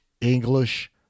English